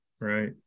right